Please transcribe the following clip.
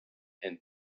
and